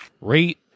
Rate